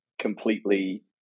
completely